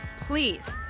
please